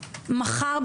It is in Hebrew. מחר,